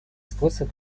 способ